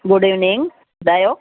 good evening ॿुधायो